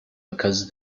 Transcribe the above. because